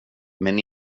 men